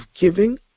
giving